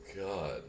god